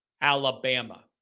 Alabama